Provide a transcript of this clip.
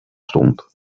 stond